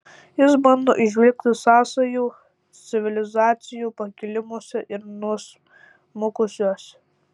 jis bando įžvelgti sąsajų civilizacijų pakilimuose ir nuosmukiuose